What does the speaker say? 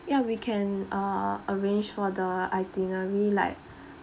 ya we can uh arrange for the itinerary like